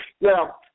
Now